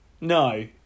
no